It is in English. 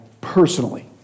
personally